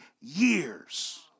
years